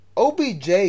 OBJ